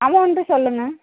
amount சொல்லுங்கள்